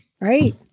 Right